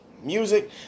music